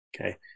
Okay